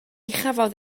chafodd